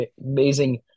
amazing